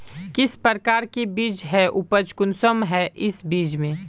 किस प्रकार के बीज है उपज कुंसम है इस बीज में?